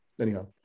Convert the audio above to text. anyhow